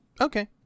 Okay